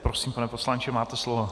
Prosím, pane poslanče, máte slovo.